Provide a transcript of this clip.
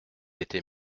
était